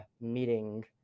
meeting